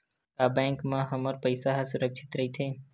का बैंक म हमर पईसा ह सुरक्षित राइथे?